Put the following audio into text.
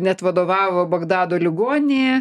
net vadovavo bagdado ligoninėje